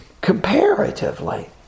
Comparatively